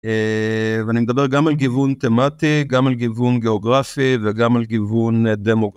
ואני מדבר גם על גיוון תמטי, גם על גיוון גיאוגרפי וגם על גיוון דמוגרפי.